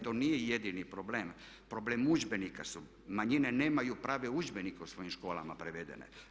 To nije jedini problem, problem udžbenika su, manjine nemaju prave udžbenike u svojim školama prevedene.